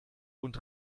und